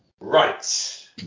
Right